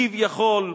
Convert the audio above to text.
כביכול,